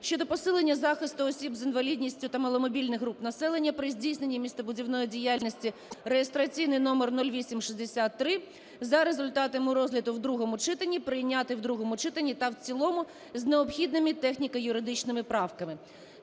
(щодо посилення захисту осіб з інвалідністю та маломобільних груп населення при здійсненні містобудівної діяльності) (реєстраційний номер 0863) за результатами розгляду в другому читанні прийняти в другому читанні та в цілому з необхідними техніко-юридичними правками.